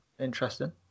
Interesting